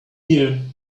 here